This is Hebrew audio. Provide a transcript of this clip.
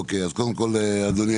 אדוני,